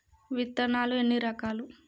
విత్తనాలు ఎన్ని రకాలు?